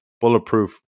Bulletproof